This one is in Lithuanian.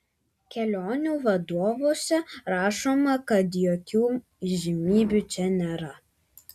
kelionių vadovuose rašoma kad jokių įžymybių čia nėra